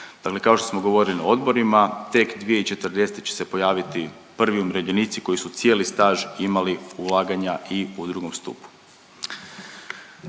kao što smo govorili na odborima tek 2040. će se pojaviti prvi umirovljenici koji su cijeli staž imali ulaganja i u 2. stupu.